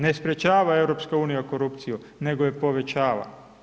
Ne sprječava EU korupciju, nego je povećava.